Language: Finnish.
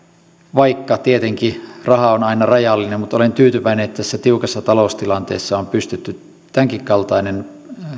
vaikka tietenkin raha on aina rajallista niin olen tyytyväinen että tässä tiukassa taloustilanteessa on pystytty tämänkinkaltainen